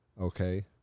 Okay